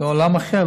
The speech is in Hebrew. וזה עולם אחר,